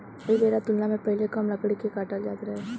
ऐ बेरा तुलना मे पहीले कम लकड़ी के काटल जात रहे